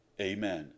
Amen